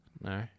No